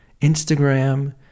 Instagram